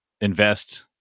invest